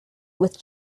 with